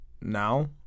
now